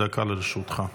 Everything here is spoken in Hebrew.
דקה לרשותך.